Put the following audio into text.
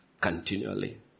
continually